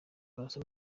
arasa